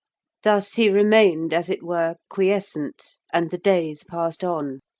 thus he remained, as it were, quiescent, and the days passed on.